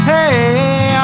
Hey